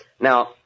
Now